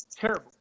terrible